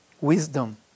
Wisdom